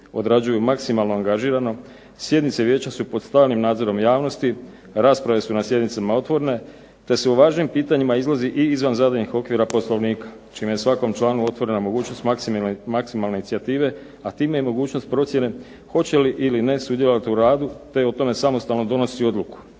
odrađuju maksimalno angažirano, sjednice vijeća su pod stalnim nadzorom javnosti, rasprave su na sjednicama otvorene te se u važnim pitanjima izlazi i izvan zadanih okvira poslovnika čime je svakom članu otvorena mogućnost maksimalne inicijative, a time i mogućnost procjene hoće li ili ne sudjelovati u radu te o tome samostalno donosi odluku.